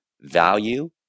value